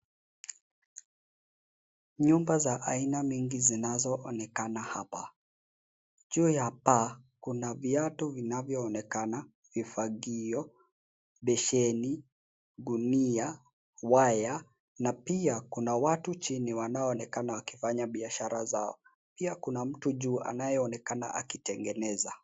Nyumba za aina mingi zinazoonekana hapa juu ya paa kuna viatu vinavyoonekana, vifagio, basheni, gunia, waya na pia kuna watu chini wanaonekana wakifanya biashara zao pia kuna mtu juu anayeonekana akitengeneza.